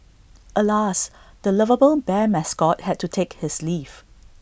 alas the lovable bear mascot had to take his leave